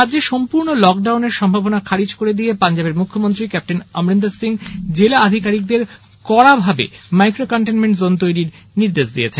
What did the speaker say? রাজ্যে সম্পূর্ণ লকডাউনের সম্ভাবনা খারিজ করে দিয়ে পাঞ্জাবের মুখ্যমন্ত্রী ক্যাপ্টেন অমরিন্দর সিং জেলা আধিকারিকদের কড়াকড়িভাবে মাইক্রো কনটেন্ট জোন তৈরির নির্দেশ দিয়েছেন